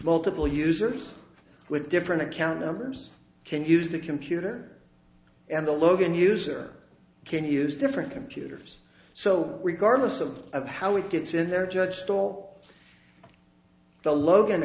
multiple users with different account numbers can use the computer and the logan user can use different computers so regardless of of how it gets in they're judged all the logan